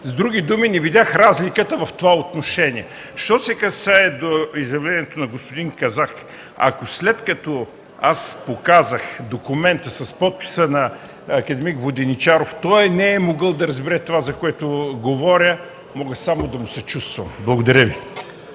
С други думи, не видях разликата в това отношение. Що се касае до изявлението на господин Казак, ако след като показах документа с подписа на акад. Воденичаров, той не е могъл да разбере това, за което говоря, мога само да му съчувствам. Благодаря Ви.